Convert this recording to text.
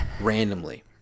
randomly